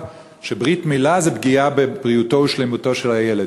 שברית-מילה זו פגיעה בבריאותו ושלמותו של הילד.